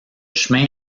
chemin